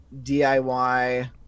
DIY